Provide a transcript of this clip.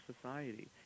society